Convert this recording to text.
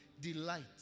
delight